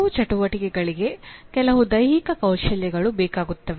ಕೆಲವು ಚಟುವಟಿಕೆಗಳಿಗೆ ಕೆಲವು ದೈಹಿಕ ಕೌಶಲ್ಯಗಳು ಬೇಕಾಗುತ್ತವೆ